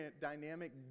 dynamic